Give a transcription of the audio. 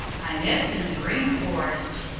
i nest in the green forest.